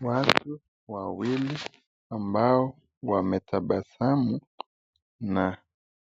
Watu wawili ambao wametabasamu na